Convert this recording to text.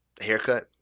haircut